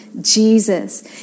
Jesus